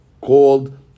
called